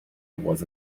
was